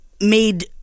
made